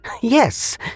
Yes